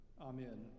Amen